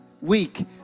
week